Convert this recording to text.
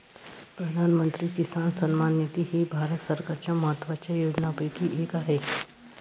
प्रधानमंत्री किसान सन्मान निधी ही भारत सरकारच्या महत्वाच्या योजनांपैकी एक आहे